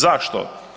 Zašto?